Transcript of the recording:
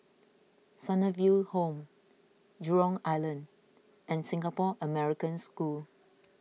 Sunnyville Home Jurong Island and Singapore American School